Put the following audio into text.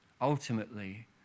Ultimately